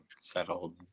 settled